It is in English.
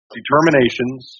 determinations